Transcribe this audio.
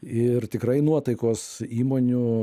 ir tikrai nuotaikos įmonių